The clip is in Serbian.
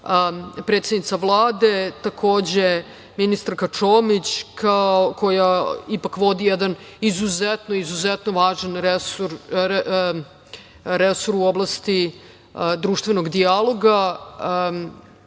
predsednica Vlade, takođe ministarka Čomić koja ipak vodi jedan izuzetno važan resor u oblasti društvenog dijaloga,